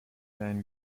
van